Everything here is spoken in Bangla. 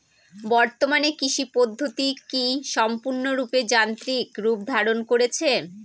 বর্তমানে কৃষি পদ্ধতি কি সম্পূর্ণরূপে যান্ত্রিক রূপ ধারণ করেছে?